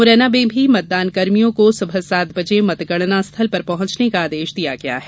मुरैना में भी मतगणनाकर्मियों को सुबह सात बजे मतगणना स्थल पर पहुॅचने का आदेश दिया गया है